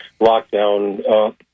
lockdown